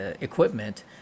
Equipment